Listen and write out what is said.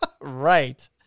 Right